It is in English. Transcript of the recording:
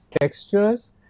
textures